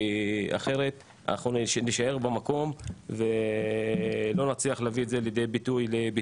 אחרת אנחנו נישאר במקום ולא נצליח להביא את זה לידי ביצוע.